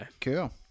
Cool